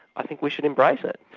i think we should embrace it.